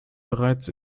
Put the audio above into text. bereits